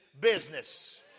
business